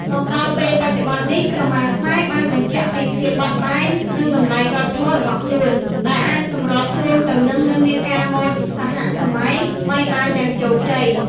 មកដល់ពេលបច្ចុប្បន្ននេះ ក្រមាខ្មែរបានបញ្ជាក់ពីភាពបត់បែន និងតម្លៃវប្បធម៌របស់ខ្លួន ដែលអាចសម្របខ្លួនទៅនឹងនិន្នាការម៉ូដសហសម័យថ្មីបានយ៉ាងជោគជ័យ។